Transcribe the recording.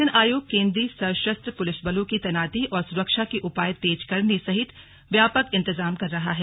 निर्वाचन आयोग केन्द्रीय सशस्त्र पुलिस बलों की तैनाती और सुरक्षा के उपाय तेज करने सहित व्यापक इंतजाम कर रहा है